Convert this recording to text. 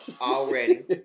already